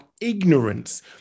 ignorance